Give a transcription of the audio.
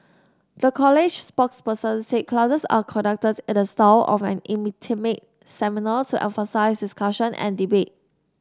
the college's spokesperson said classes are conducted in the style of an intimate seminar to emphasise discussion and debate